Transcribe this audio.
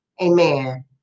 amen